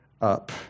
up